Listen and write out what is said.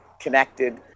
connected